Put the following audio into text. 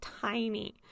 tiny